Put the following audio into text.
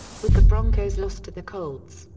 with the broncos loss to the colts,